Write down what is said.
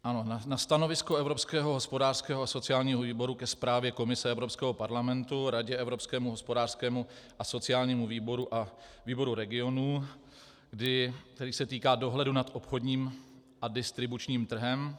Ano, na stanovisko Evropského hospodářského a sociálního výboru ke zprávě Komise Evropského parlamentu, Radě, Evropskému hospodářskému a sociálnímu výboru a Výboru regionů, který se týká dohledu nad obchodním a distribučním trhem.